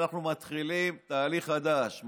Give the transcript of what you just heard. אנחנו מתחילים תהליך חדש.